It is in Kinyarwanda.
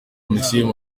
komisiyo